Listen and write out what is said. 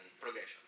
progression